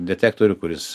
detektorių kuris